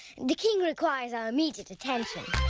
the king requires our immediate attention.